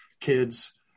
kids